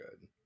good